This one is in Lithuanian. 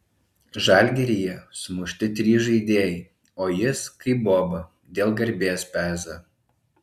žalgiryje sumušti trys žaidėjai o jis kaip boba dėl garbės peza